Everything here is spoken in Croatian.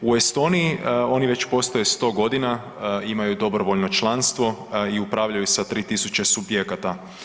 U Estoniji oni već postoje 100 godina, imaju dobrovoljno članstvo i upravljaju sa 3000 subjekata.